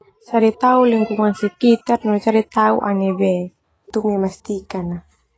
Caritau lingkungan sekitar no caritau au nai be untuk memastikan.